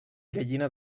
gallina